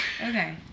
Okay